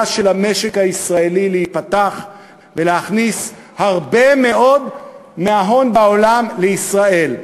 של המשק הישראלי להיפתח ולהכניס הרבה מאוד מההון בעולם לישראל.